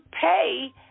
pay